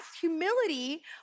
humility